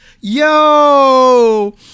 yo